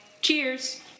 Cheers